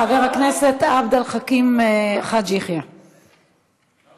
חבר הכנסת עבד אל חכים חאג' יחיא, בבקשה.